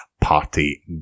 party